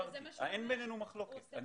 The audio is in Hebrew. אין בינינו מחלוקת.